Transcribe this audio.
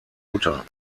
mutter